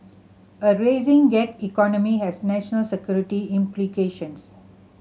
a rising gig economy has national security implications